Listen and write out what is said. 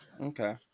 Okay